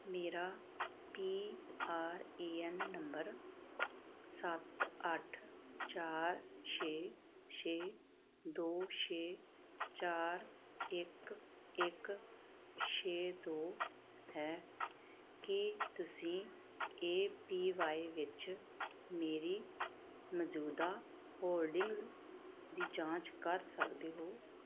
ਮੇਰਾ P R A N number ਸੱਤ ਅੱਠ ਚਾਰ ਛੇ ਛੇ ਦੋ ਛੇ ਚਾਰ ਇੱਕ ਇੱਕ ਛੇ ਦੋ ਹੈ ਕੀ ਤੁਸੀਂ ਏ ਪੀ ਵਾਈ ਵਿੱਚ ਮੇਰੀ ਮੌਜੂਦਾ ਹੋਲਡਿੰਗਜ਼ ਦੀ ਜਾਂਚ ਕਰ ਸਕਦੇ ਹੋ